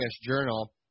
journal